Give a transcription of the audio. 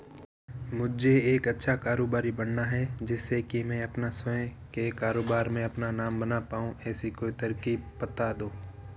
मुझे एक अच्छा कारोबारी बनना है जिससे कि मैं अपना स्वयं के कारोबार में अपना नाम बना पाऊं ऐसी कोई तरकीब पता दो?